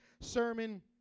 sermon